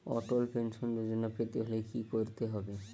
অটল pension যোজনা পেতে হলে কি করতে হবে?